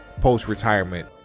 post-retirement